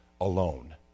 alone